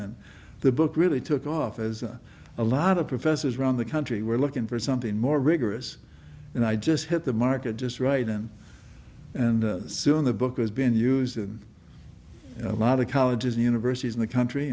and the book really took off as a lot of professors around the country were looking for something more rigorous and i just hit the market just right then and soon the book has been used in a lot of colleges and universities in the country